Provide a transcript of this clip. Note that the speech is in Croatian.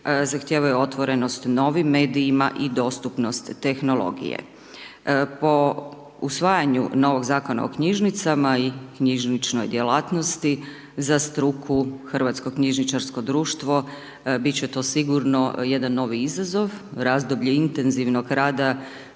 zahtijevaju otvorenost novim medijima i dostupnost tehnologije. Po osvajanju novog Zakona o knjižnicama i knjižničnoj djelatnosti, za struku HKD bit će to sigurno jedan novi izazov, razdoblje intenzivnog rada,